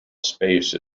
space